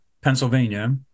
Pennsylvania